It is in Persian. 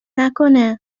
نکنه